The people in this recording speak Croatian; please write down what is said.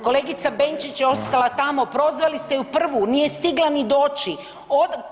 Kolegica Benčić je ostala tamo, prozvali ste ju prvu, nije stigla ni doći.